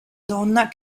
donna